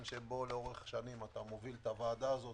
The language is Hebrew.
שבו לאורך שנים אתה מוביל את הוועדה הזאת.